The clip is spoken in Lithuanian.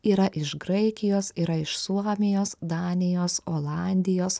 yra iš graikijos yra iš suomijos danijos olandijos